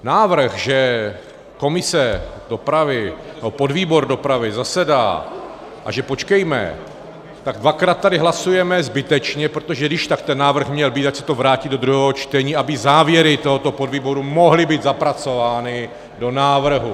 Návrh, že komise dopravy nebo podvýbor dopravy zasedá a že počkejme, tak dvakrát tady hlasujeme zbytečně, protože kdyžtak ten návrh měl být, ať se to vrátí do druhého čtení, aby závěry tohoto podvýboru mohly být zapracovány do návrhu.